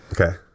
okay